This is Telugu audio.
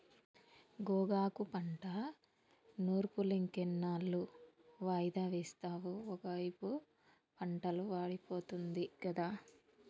గోగాకు పంట నూర్పులింకెన్నాళ్ళు వాయిదా వేస్తావు ఒకైపు పంటలు వాడిపోతుంది గదా